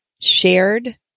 shared